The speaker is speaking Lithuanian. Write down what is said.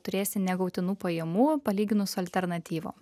turėsi negautinų pajamų palyginus alternatyvom